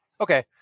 okay